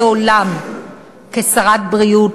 כשרת הבריאות,